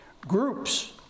Groups